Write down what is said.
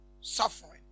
suffering